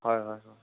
হয় হয় হয়